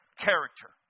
character